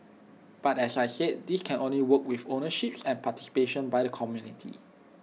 but as I said this can only work with ownerships and participation by the community